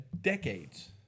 decades